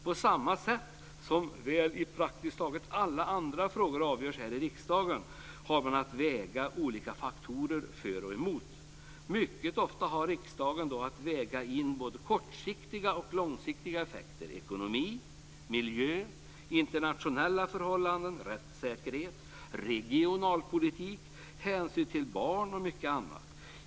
På samma sätt som väl i praktiskt taget alla frågor som avgörs i riksdagen har man att väga olika faktorer för och emot. Mycket ofta har riksdagen då att väga in både kortsiktiga och långsiktiga effekter, ekonomi, miljö, internationella förhållanden, rättssäkerhet, regionalpolitik, hänsyn till barn och mycket annat.